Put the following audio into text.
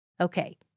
Okay